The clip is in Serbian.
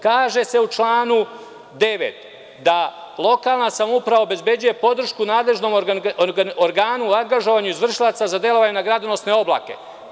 Kaže se u članu 9. da lokalna samouprava obezbeđuje podršku nadležnom organu u angažovanju izvršilaca za delovanje na gradonosne oblake.